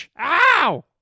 Ow